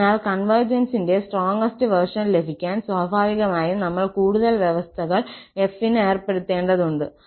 അതിനാൽ കോൺവെർജന്സിന്റെ strongest version ലഭിക്കാൻ സ്വാഭാവികമായും നമ്മൾ കൂടുതൽ വ്യവസ്ഥകൾ f ന് ഏർപ്പെടുത്തേണ്ടതുണ്ട്